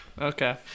Okay